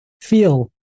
feel